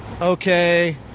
okay